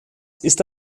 ist